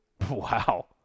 Wow